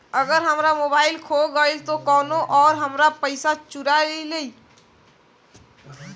अगर हमार मोबइल खो गईल तो कौनो और हमार पइसा चुरा लेइ?